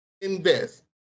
Invest